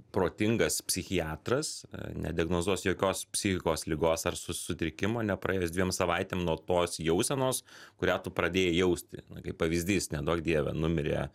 protingas psichiatras nediagnozuos jokios psichikos ligos ar sutrikimo nepraėjus dviem savaitėm nuo tos jausenos kurią tu pradėjai jausti na kaip pavyzdys neduok dieve numirė